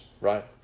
right